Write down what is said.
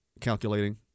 Calculating